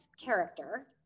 character